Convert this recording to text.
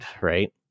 right